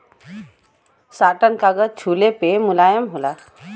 satin कागज छुले पे मुलायम होला